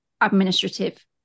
administrative